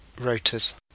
rotors